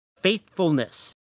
faithfulness